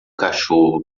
cachorro